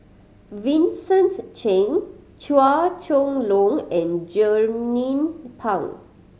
Vincent Cheng Chua Chong Long and Jernnine Pang